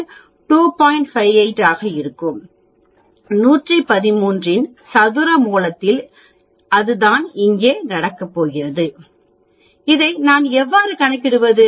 58 இருக்கும் 113 இன் சதுர மூலத்தில் அதுதான் இங்கே நடக்கப்போகிறது இதை நான் எவ்வாறு கணக்கிடுவது